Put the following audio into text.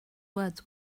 words